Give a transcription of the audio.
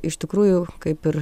iš tikrųjų kaip ir